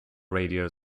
radio